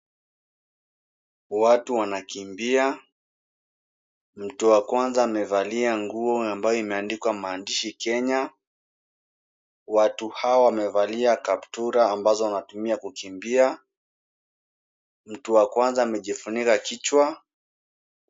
Watu wanakimbia. Mtu wa kwanza amevalia nguo ambayo imeandikwa maandishi Kenya. Watu hawa wamevalia kaptura ambazo wanatumia kukimbia. Mtu wa kwanza amejifunika kichwa.